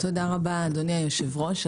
תודה רבה אדוני היושב-ראש.